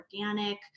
organic